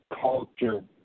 culture